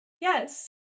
Yes